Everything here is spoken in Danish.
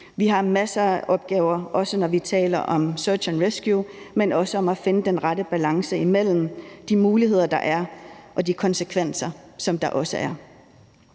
Vi har masser af opgaver, når vi taler om search and rescue, men også om at finde den rette balance imellem de muligheder, der er, og de konsekvenser, der også er.